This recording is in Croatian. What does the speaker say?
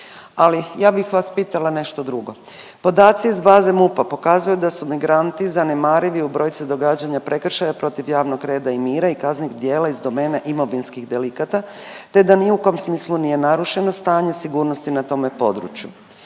Ali ja bih vas pitala nešto drugo. Podaci iz baze MUP-a pokazuju da su migranti zanemarivi u brojci događanja prekršaja protiv javnog reda i mira i kaznenih djela iz domene imovinskih delikata, te da ni u kom smislu nije narušeno stanje sigurnosti na tome području.